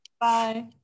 bye